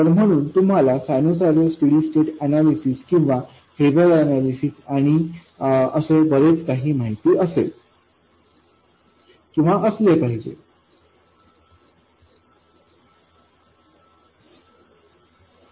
तर म्हणून तुम्हाला सायनुसायडल स्टेडी स्टैट अनैलिसिस किंवा फेसर अनैलिसिस आणि असे बरेच काही माहित असले पाहिजे